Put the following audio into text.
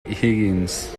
higgins